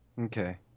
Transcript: Okay